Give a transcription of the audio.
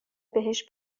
بهش